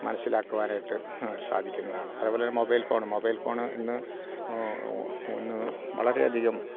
മനസ്സിലാക്കുവാനായിട്ട് സാധിക്കുന്നതാണ് അതേപോലെ തന്നെ മൊബൈൽ ഫോണ് മൊബൈൽ ഫോണ് ഇന്ന് ഒന്ന് വളരെയധികം